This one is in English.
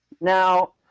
Now